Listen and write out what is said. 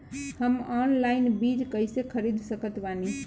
हम ऑनलाइन बीज कइसे खरीद सकत बानी?